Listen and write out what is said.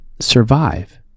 survive